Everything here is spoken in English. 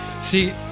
See